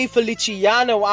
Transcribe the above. Feliciano